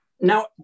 Now